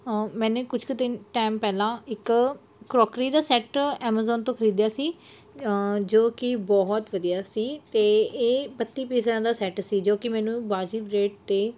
ਮੈਨੇ ਕੁਛ ਕੁ ਦਿਨ ਟਾਈਮ ਪਹਿਲਾਂ ਇੱਕ ਕਰੋਕਰੀ ਦਾ ਸੈਟ ਐਮਾਜੋਨ ਤੋਂ ਖਰੀਦਿਆ ਸੀ ਜੋ ਕਿ ਬਹੁਤ ਵਧੀਆ ਸੀ ਅਤੇ ਇਹ ਬੱਤੀ ਪੀਸਾਂ ਦਾ ਸੈੱਟ ਸੀ ਜੋ ਕਿ ਮੈਨੂੰ ਵਾਜਿਬ ਰੇਟ 'ਤੇ